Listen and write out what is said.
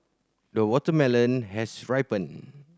the watermelon has ripened